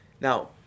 now